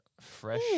fresh